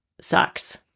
sucks